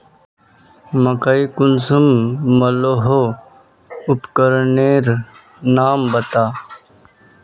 मकई कुंसम मलोहो उपकरनेर नाम बता?